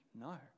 no